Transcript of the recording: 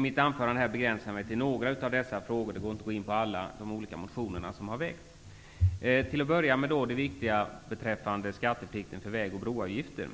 mitt anförande begränsa mig till några av dessa frågor. Det är inte möjligt att gå in på alla de olika motioner som har väckts. Till att börja med vill jag ta upp det som är viktigt beträffande skatteplikten för väg och broavgifter.